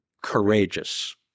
courageous